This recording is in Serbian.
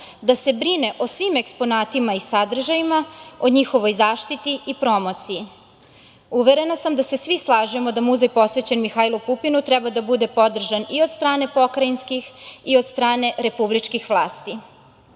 da se brine o svim eksponatima i sadržajima, o njihovo zaštiti i promociji. Uverena sam da se svi slažemo da muzej posvećen Mihajlu Pupinu treba da bude podržan i od strane pokrajinskih i od strane republičkih vlasti. Mihajlo